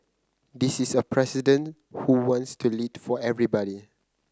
this is a president who wants to lead for everybody